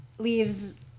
leaves